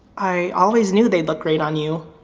i always knew they'd look great on you.